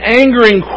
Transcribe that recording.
angering